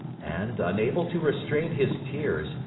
and, unable to restrain his tears,